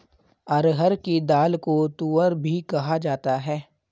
अरहर की दाल को तूअर भी कहा जाता है